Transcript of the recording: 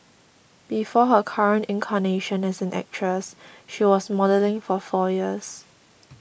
before her current incarnation as an actress she was modelling for four years